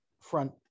front